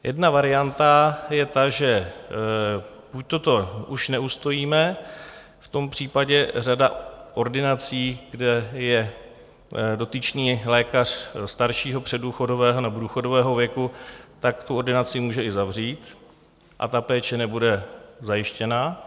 Jedna varianta je ta, že buďto to už neustojíme, v tom případě řada ordinací, kde je dotyčný lékař staršího, předdůchodového nebo důchodového věku, tak tu ordinaci může i zavřít a ta péče nebude zajištěna.